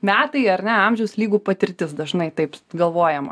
metai ar ne amžius lyguų patirtis dažnai taip galvojama